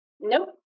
nope